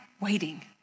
waiting